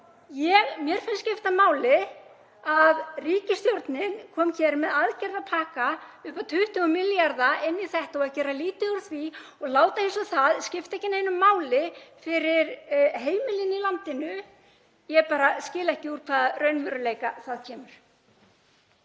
Mér finnst skipta máli að ríkisstjórnin komi hér með aðgerðapakka upp á 20 milljarða inn í þetta. Og að gera lítið úr því og láta eins og það skipti ekki neinu máli fyrir heimilin í landinu — ég bara skil ekki úr hvaða raunveruleika það kemur.